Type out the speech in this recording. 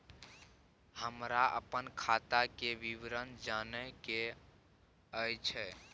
हमरा अपन खाता के विवरण जानय के अएछ?